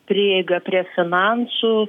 prieiga prie finansų